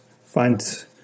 find